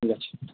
ঠিক আছে